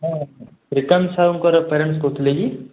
ହଁ ଶ୍ରୀକାନ୍ତ ସାହୁଙ୍କର ପ୍ୟାରେଣ୍ଟସ୍ କହୁଥିଲେ କି